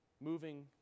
moving